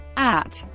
at,